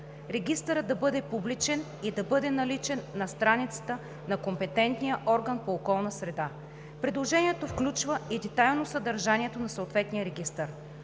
регистърът да бъде публичен и да бъде наличен на страницата на компетентния орган по околна среда. Предложението включва и детайлно съдържанието на съответния регистър.